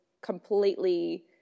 completely